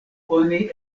oni